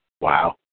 Wow